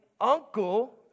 uncle